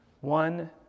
One